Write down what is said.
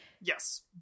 Yes